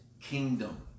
kingdom